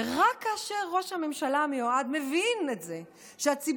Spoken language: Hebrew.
ורק כאשר ראש הממשלה המיועד מבין שהציבור